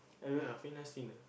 ya fitness trainer last seen